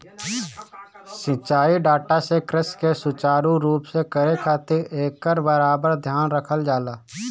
सिंचाई डाटा से कृषि के सुचारू रूप से करे खातिर एकर बराबर ध्यान रखल जाला